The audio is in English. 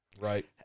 right